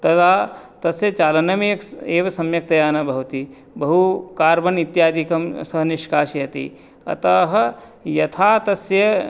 तदा तस्य चालने एव सम्यक्तया न भवति बहु कार्बन् इत्यादिकं सः निष्कासयति अतः यथा तस्य